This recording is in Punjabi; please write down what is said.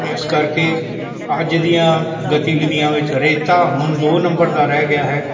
ਇਸ ਕਰਕੇ ਅੱਜ ਦੀਆਂ ਗਤੀਵਿਧੀਆਂ ਵਿੱਚ ਰੇਤਾ ਹੁਣ ਦੋ ਨੰਬਰ ਦਾ ਰਹਿ ਗਿਆ ਹੈ